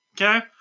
Okay